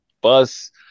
bus